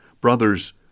Brothers